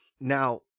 Now